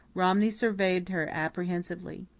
romney surveyed her apprehensively.